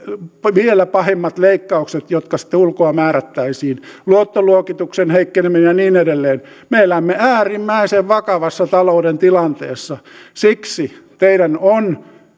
vielä pahemmat leikkaukset jotka sitten ulkoa määrättäisiin luottoluokituksen heikkeneminen ja niin edelleen me elämme äärimmäisen vakavassa talouden tilanteessa siksi teidän on